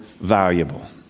valuable